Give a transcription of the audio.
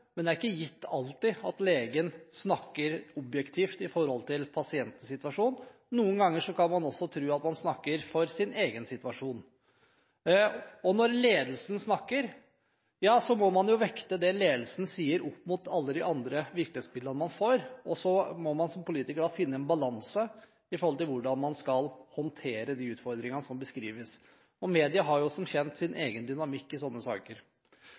men det er ikke alltid gitt at legene snakker objektivt i forhold til pasientens situasjon. Noen ganger kan man også tro at de snakker for sin egen situasjon. Og når ledelsen snakker, må man vekte det ledelsen sier, opp mot alle de andre virkelighetsbildene man får, og så må man som politiker finne en balanse for hvordan man skal håndtere de utfordringene som beskrives. Og media har jo som kjent sin egen dynamikk i sånne saker.